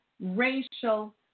racial